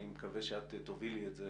אני מקווה שאת תובילי את זה